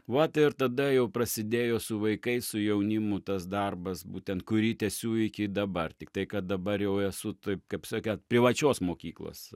vat ir tada jau prasidėjo su vaikais su jaunimu tas darbas būtent kurį tęsiu iki dabar tiktai kad dabar jau esu taip kaip sakė privačios mokyklos